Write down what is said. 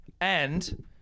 And-